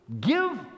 give